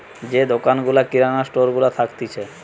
যে দোকান গুলা কিরানা স্টোর গুলা থাকতিছে